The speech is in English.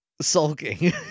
sulking